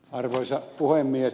arvoisa puhemies